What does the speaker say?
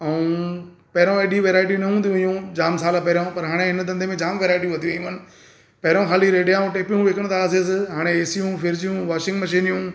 ऐं पहिरों अहिड़ी वैराईटी न हूंदियूं हुइयूं जाम साल पहिरों पर हाणे इन धंधे में जाम वैराईटियूं वधी वयूं आहिनि पहिरिंयो खाली रेडिया ऐं टेपूं विकिणंदा हुआसिस हाणे एसीयूं फ्रीजूं वाशिंग मशिनियूं